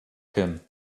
him